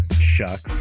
shucks